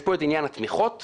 יש פה את עניין התמיכות --- כן,